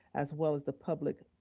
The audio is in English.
as well as the public,